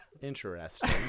Interesting